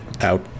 out